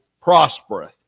prospereth